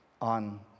on